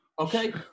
okay